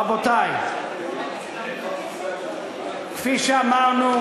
רבותי, כפי שאמרנו,